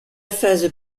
phase